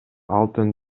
алтын